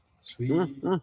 sweet